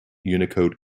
unicode